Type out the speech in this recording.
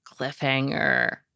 cliffhanger